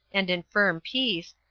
and in firm peace,